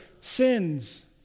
sins